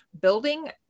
building